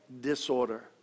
disorder